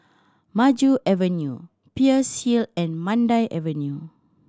Maju Avenue Peirce Hill and Mandai Avenue